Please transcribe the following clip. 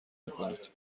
میکنید